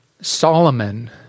Solomon